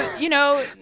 you know.